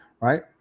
right